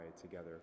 together